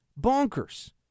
bonkers